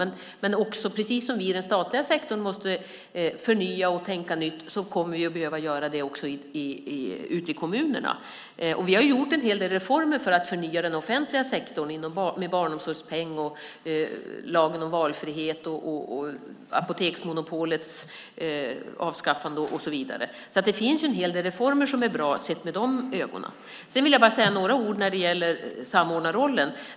Men precis som vi i den statliga sektorn måste förnya och tänka nytt kommer vi att behöva göra det också i kommunerna. Vi har gjort en hel del reformer för att förnya den offentliga sektorn med barnomsorgspeng, lagen om valfrihet, apoteksmonopolets avskaffande och så vidare. Det finns alltså en hel del reformer som är bra sett med de ögonen. Sedan vill jag bara säga några ord när det gäller samordnarrollen.